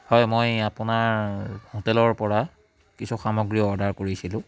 হয় মই আপোনাৰ হোটেলৰ পৰা কিছু সামগ্ৰী অৰ্ডাৰ কৰিছিলোঁ